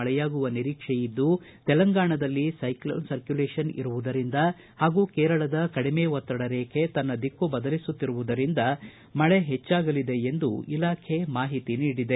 ಮಳೆಯಾಗುವ ನಿರೀಕ್ಷೆಯಿದ್ದು ತೆಲಂಗಾಣದಲ್ಲಿ ಸೈಕ್ಲೋನ್ ಸರ್ಕ್ಯೂಲೇಷನ್ ಇರುವುದರಿಂದ ಹಾಗೂ ಕೇರಳದ ಕಡಿಮೆ ಒತ್ತಡ ರೇಖೆ ತನ್ನ ದಿಕ್ಕು ಬದಲಿಸುತ್ತಿರುವುದರಿಂದ ಮಳೆ ಹೆಚ್ಚಾಗಲಿದೆ ಎಂದು ಇಲಾಖೆ ಮಾಹಿತಿ ನೀಡಿದೆ